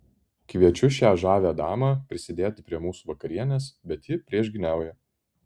kviečiu šią žavią damą prisidėti prie mūsų vakarienės bet ji priešgyniauja